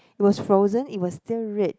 was frozen it was still rich